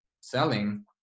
selling